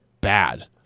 bad